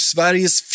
Sveriges